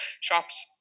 shops